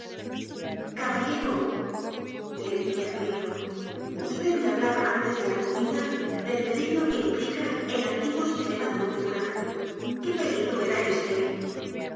caballero le grité al oído vd me hablaba antes de la comida del peligro que implicaba el antiguo sistema de dulzura qué peligro era éste